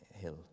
hill